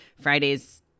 Fridays